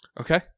Okay